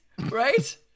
Right